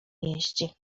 jeździ